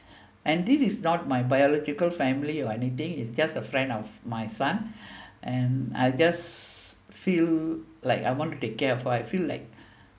and this is not my biological family or anything is just a friend of my son and I just feel like I want to take care of her I feel like